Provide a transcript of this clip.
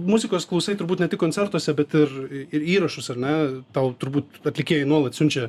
muzikos klausai turbūt ne tik koncertuose bet ir ir įrašus ar ne tau turbūt atlikėjai nuolat siunčia